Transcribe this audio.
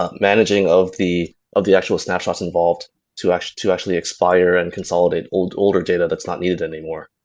ah managing of the of the actual snapshots involved to actually to actually expire and consolidate older older data that's not needed anymore.